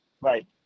right